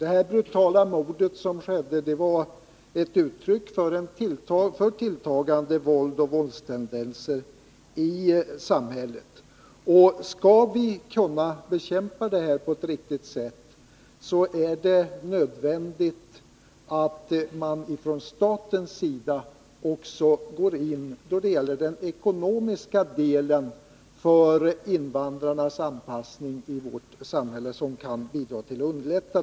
Det här brutala mordet som skedde var ett uttryck för tilltagande våldstendenser i samhället. Och skall vi kunna bekämpa detta på ett riktigt sätt är det nödvändigt att man från statens sida också går in då det gäller den ekonomiska delen och därigenom bidrar till att underlätta invandrarnas anpassning.